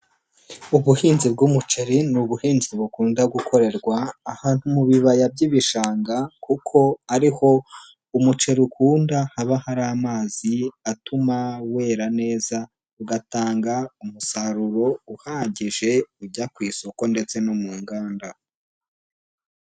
Ubuhinzi bw'umuceri, ni ubuhinzi bukunda gukorerwa, ahantu mu bibaya by'ibishanga, kuko ariho, umuceri ukunda haba hari amazi atuma wera neza, ugatanga umusaruro uhagije ujya ku isoko ndetse no mu nganda.